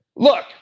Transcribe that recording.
Look